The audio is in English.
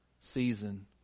season